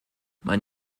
mein